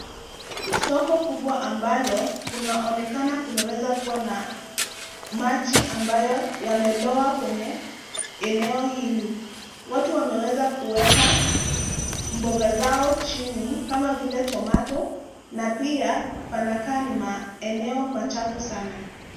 Soko kubwa ambalo unaonekana kunaweza kuwa na maji ambayo yameloa kwenye eneo hili. Watu wameweza kuweka mboga zao chini kama vile tomato na pia panakaa ni maeneo machafu sana.